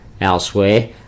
elsewhere